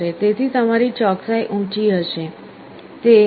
તેથી તમારી ચોકસાઈ ઉંચી હશે તે 0